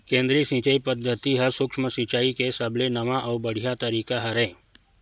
केदरीय सिचई पद्यति ह सुक्ष्म सिचाई के सबले नवा अउ बड़िहा तरीका हरय